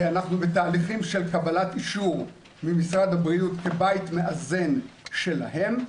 אנחנו בתהליכים של קבלת אישור ממשרד הבריאות כבית מאזן שלהם,